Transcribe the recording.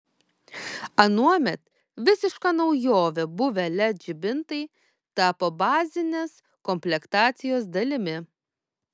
anuomet visiška naujove buvę led žibintai tapo bazinės komplektacijos dalimi